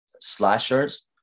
slashers